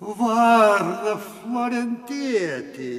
varna florentietė